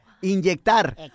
inyectar